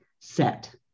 set